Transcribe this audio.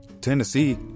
Tennessee